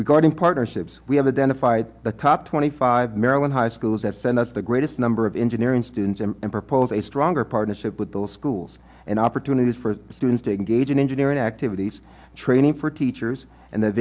regarding partnerships we have identified the top twenty five maryland high schools that send us the greatest number of engineering students and propose a stronger partnership with the schools and opportunities for students to gauge and engineering activities training for teachers and the